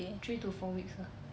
three to four weeks ah